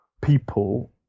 people